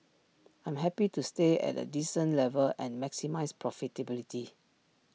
I'm happy to stay at A decent level and maximise profitability